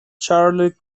charles